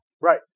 Right